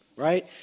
right